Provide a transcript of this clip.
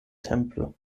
tempel